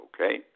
okay